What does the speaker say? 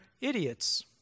idiots